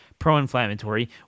pro-inflammatory